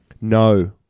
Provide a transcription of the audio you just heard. No